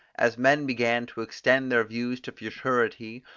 as men began to extend their views to futurity,